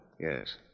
Yes